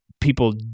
people